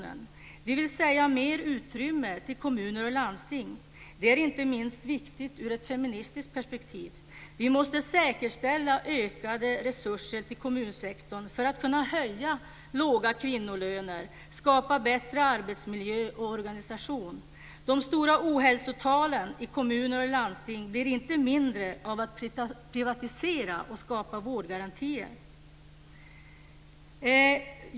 Det är inte minst viktigt ur ett feministiskt perspektiv.